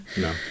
No